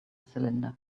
cylinder